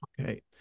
Okay